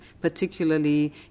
particularly